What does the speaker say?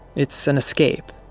it's an escape,